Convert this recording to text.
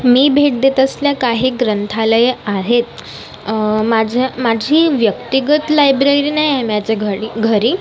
मी भेट देत असल्या काही ग्रंथालये आहेत माझ्या माझी व्यक्तिगत लायब्ररी नाही आहे माझ्या घरी घरी